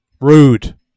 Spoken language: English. Rude